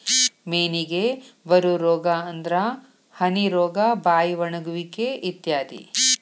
ಮೇನಿಗೆ ಬರು ರೋಗಾ ಅಂದ್ರ ಹನಿ ರೋಗಾ, ಬಾಯಿ ಒಣಗುವಿಕೆ ಇತ್ಯಾದಿ